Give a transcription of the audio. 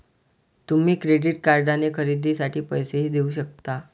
तुम्ही क्रेडिट कार्डने खरेदीसाठी पैसेही देऊ शकता